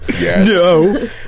No